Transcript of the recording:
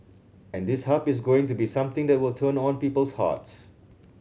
and this Hub is going to be something that will turn on people's hearts